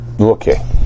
Okay